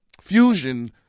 fusion